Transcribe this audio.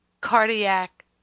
Cardiac